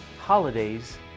holidays